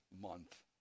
month